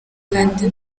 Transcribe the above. kandi